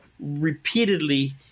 repeatedly